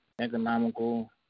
economical